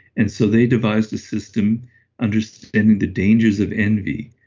and so they devised a system understanding the dangers of envy,